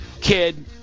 kid